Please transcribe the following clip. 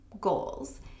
goals